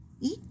Eat